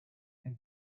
and